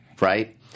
right